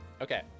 okay